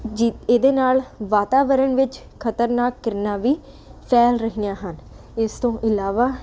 ਜੀ ਇਹਦੇ ਨਾਲ ਵਾਤਾਵਰਣ ਵਿੱਚ ਖ਼ਤਰਨਾਕ ਕਿਰਨਾ ਵੀ ਫੈਲ ਰਹੀਆਂ ਹਨ ਇਸ ਤੋਂ ਇਲਾਵਾ